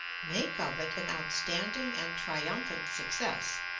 make of it an outstanding and triumphant success,